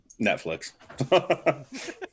netflix